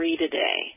today